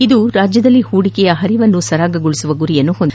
ಇದು ರಾಜ್ಯದಲ್ಲಿ ಪೂಡಿಕೆ ಪರವನ್ನು ಸರಾಗಗೊಳಿಸುವ ಗುರಿ ಹೊಂದಿದೆ